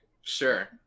sure